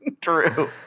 True